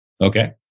Okay